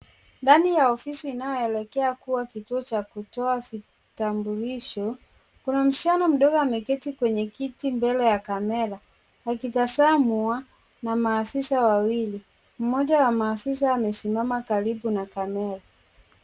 Ndani ya ofisi inayoelekea kuwa kituo cha kutoa vitambulisho, kuna msichana mdogo ameketi kwenye kiti mbele ya kamera akitazamwa na maafisa wawili. Mmoja wa maafisa amesimama karibu na kamera.